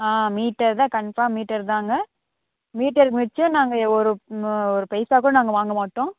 ஆ meter தான் confirm meter தான்ங்க மீட்டருக்கு மிச்சம் நாங்கள் ஒரு ஒரு பைசா கூட நாங்கள் வாங்க மாட்டோம்